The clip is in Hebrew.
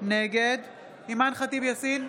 נגד אימאן ח'טיב יאסין,